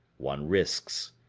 one risks.